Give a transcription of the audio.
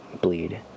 bleed